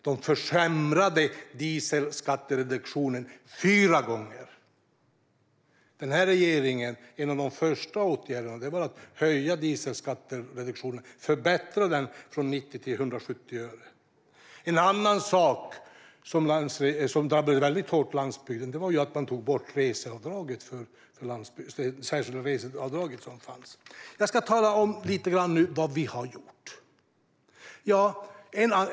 Man försämrade dieselskattereduktionen fyra gånger. En av de första åtgärder som denna regering vidtog var att höja dieselskattereduktionen och förbättra den från 90 öre till 1,70. En annan sak som drabbade landsbygden mycket hårt var att man tog bort det särskilda reseavdrag som fanns. Jag ska nu tala lite grann om vad vi har gjort.